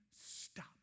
stop